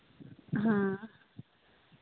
ᱦᱮᱸ